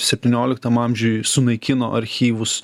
septynioliktam amžiui sunaikino archyvus